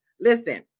listen